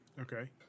Okay